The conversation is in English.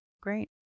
Great